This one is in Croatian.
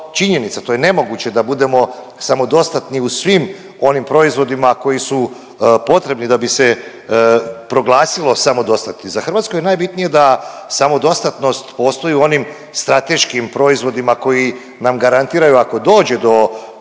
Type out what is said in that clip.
to je nemoguće da budemo samodostatni u svim onim proizvodima koji su potrebni da bi se proglasilo samodostatni. Za Hrvatsku je najbitnije da samodostatnost postoji u onim strateškim proizvodima koji nam garantiraju ako dođe do globalnih